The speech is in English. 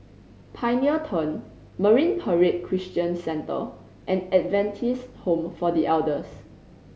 Pioneer Turn Marine Parade Christian Centre and Adventist Home for The Elders